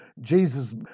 Jesus